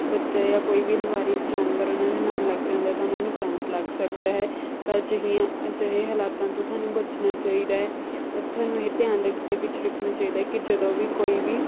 ਬੱਚਾ ਜਾਂ ਕੋਈ ਵੀ ਲਾਵਾਰਿਸ ਜਾਨਵਰ ਉਨ੍ਹਾਂ ਦੇ ਨਾਲ ਲੱਗ ਜਾਂਦਾ ਹੈ ਤਾਂ ਉਹਨਾਂ ਨੂੰ ਕਰੰਟ ਲੱਗ ਸਕਦਾ ਹੈ ਤਾਂ ਅਜਿਹੀਆਂ ਅਜਿਹੇ ਹਾਲਾਤਾਂ ਤੋਂ ਸਾਨੂੰ ਬਚਣਾ ਚਾਹੀਦਾ ਹੈ ਅਤੇ ਸਾਨੂੰ ਇਹ ਧਿਆਨ ਦੇ ਵਿੱਚ ਰੱਖਣਾ ਚਾਹੀਦਾ ਹੈ ਕਿ ਜਦੋਂ ਵੀ ਕੋਈ ਵੀ